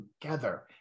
together